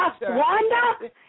Wanda